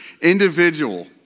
individual